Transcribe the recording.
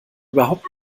überhaupt